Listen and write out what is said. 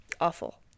Awful